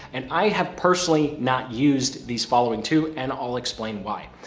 and i have personally not used these following two and i'll explain why.